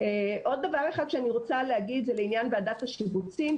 עוד דבר אחד שאני רוצה להגיד זה לעניין ועדת השיבוצים.